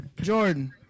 Jordan